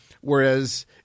Whereas